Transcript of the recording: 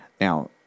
Now